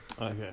Okay